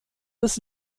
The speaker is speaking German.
des